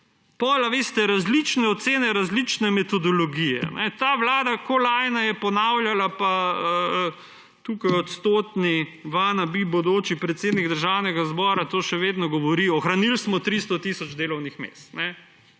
veste, različne ocene, različne metodologije. Ta vlada je kot lajna ponavljala pa tukaj odsotni wannabe bodoči predsednik Državnega zbora to še vedno govori, ohranili smo 300 tisoč delovnih mest.